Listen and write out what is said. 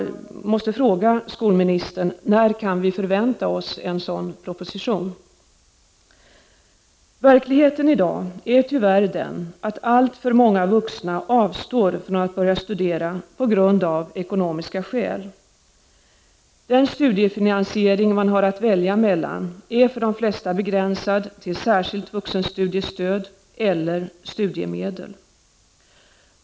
När kan vi förvänta oss en sådan proposition? Verkligheten i dag är tyvärr den att alltför många vuxna av ekonomiska skäl avstår från att börja studera. De studiefinansieringsalternativ man har att välja mellan är för de flesta begränsade till särskilt vuxenstudiestöd eller studiemedel.